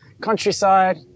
countryside